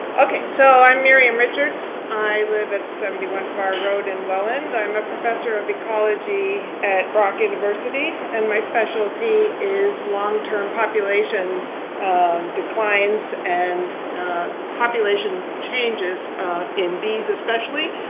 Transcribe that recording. okay, so i'm miriam richards. i live in seventy one farr road in welland. i'm a professor of ecology at brock university, and my specialty is long-term population declines and population changes in bees especially.